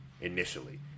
initially